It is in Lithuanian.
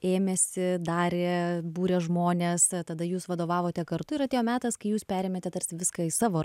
ėmėsi darė būrė žmones tada jūs vadovavote kartu ir atėjo metas kai jūs perėmėte tarsi viską į savo